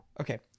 Okay